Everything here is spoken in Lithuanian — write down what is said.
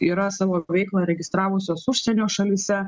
yra savo veiklą registravusios užsienio šalyse